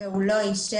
והוא לא אישר,